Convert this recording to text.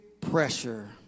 pressure